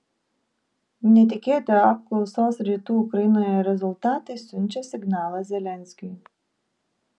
netikėti apklausos rytų ukrainoje rezultatai siunčia signalą zelenskiui